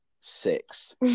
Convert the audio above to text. six